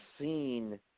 seen –